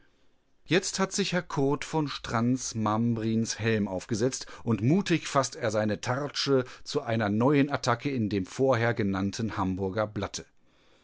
jetzt hat sich herr kurd von strantz mambrins helm aufgesetzt und mutig faßt er seine tartsche zu einer neuen attacke in dem vorher genannten hamburger blatte